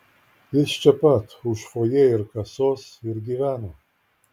jis čia pat už fojė ir kasos ir gyveno